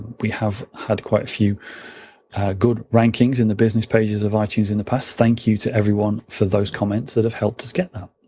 we have had quite a few good rankings in the business pages of ah itunes in the past. thank you to everyone for those comments that have helped us get there.